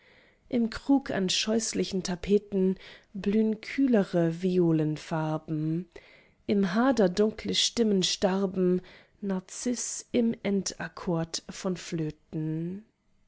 im krug an scheußlichen tapeten blühn kühlere violenfarben im hader dunkle stimmen starben narziß im endakkord von flöten